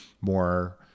more